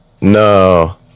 No